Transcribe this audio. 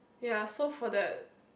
ya so for that